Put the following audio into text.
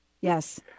Yes